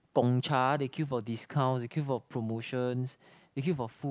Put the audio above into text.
Gong-Cha they queue for discounts they queue for promotions they queue for food